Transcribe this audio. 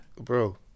Bro